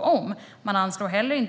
av och önskemål om.